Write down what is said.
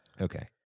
Okay